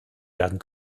werden